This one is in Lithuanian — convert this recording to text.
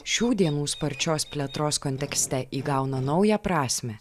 šių dienų sparčios plėtros kontekste įgauna naują prasmę